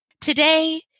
Today